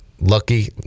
Lucky